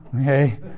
Okay